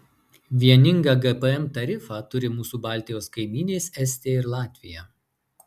vieningą gpm tarifą turi mūsų baltijos kaimynės estija ir latvija